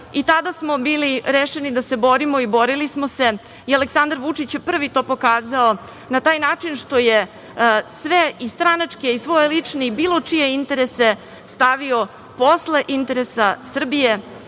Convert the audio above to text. i tada smo bili rešeni da se borimo i borili smo se, i Aleksandar Vučić je prvi to pokazao, na taj način što je svoje lične, stranačke i bilo čije interese stavio posle interesa Srbije